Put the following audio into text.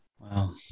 Wow